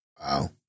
Wow